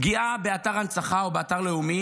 פגיעה באתר הנצחה או באתר לאומי